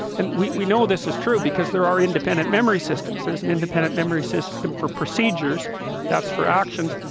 and we we know this is true because there are independent memory systems. there's an independent memory system for procedures that's for actions.